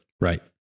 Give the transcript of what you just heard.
Right